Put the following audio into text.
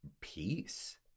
peace